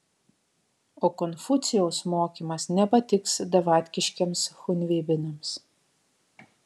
o konfucijaus mokymas nepatiks davatkiškiems chunveibinams